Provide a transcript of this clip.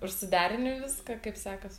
ir suderini viską kaip sekas